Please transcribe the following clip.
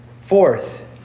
Fourth